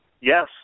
Yes